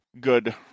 good